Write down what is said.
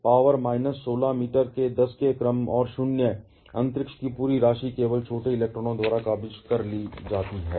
power minus 16 metre के 10 के क्रम और शून्य अंतरिक्ष की पूरी राशि केवल छोटे इलेक्ट्रॉनों द्वारा कब्जा कर ली जाती है